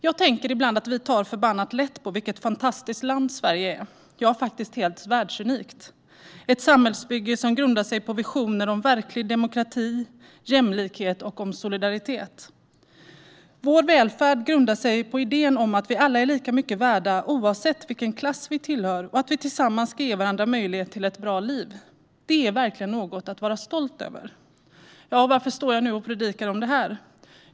Jag tänker ibland att vi tar förbannat lätt på vilket fantastiskt land Sverige är. Ja, det är faktiskt helt världsunikt - ett samhällsbygge som grundar sig på visioner om verklig demokrati, jämlikhet och solidaritet. Vår välfärd grundar sig på idén om att vi alla är lika mycket värda oavsett vilken klass vi tillhör och att vi tillsammans ska ge varandra möjlighet till ett bra liv. Det är verkligen något att vara stolt över. Varför står jag nu och predikar om det här?